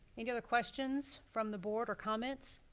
any other questions from the board or comments?